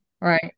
Right